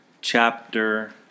chapter